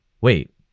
wait